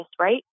right